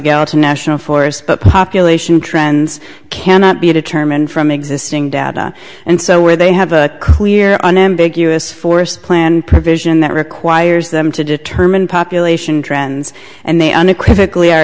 galaxy national forest but population trends cannot be determined from existing data and so where they have a clear unambiguous forest plan provision that requires them to determine population trends and they unequivocal